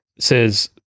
says